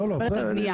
מדברת על בניה.